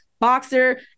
boxer